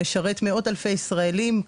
משרת מאות אלפי ישראלים,